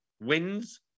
wins